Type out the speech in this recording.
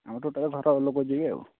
ଆମ ଟୋଟାଲ୍ ଘର ଲୋକ ଯିବେ ଆଉ